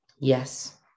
Yes